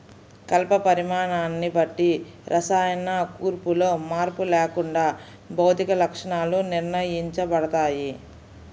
కలప పరిమాణాన్ని బట్టి రసాయన కూర్పులో మార్పు లేకుండా భౌతిక లక్షణాలు నిర్ణయించబడతాయి